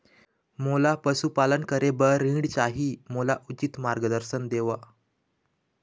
मोला पशुपालन करे बर ऋण चाही, मोला उचित मार्गदर्शन देव?